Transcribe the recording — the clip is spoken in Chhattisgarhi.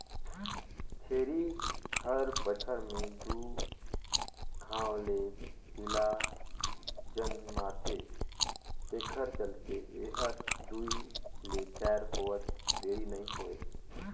छेरी हर बच्छर में दू घांव ले पिला जनमाथे तेखर चलते ए हर दूइ ले चायर होवत देरी नइ होय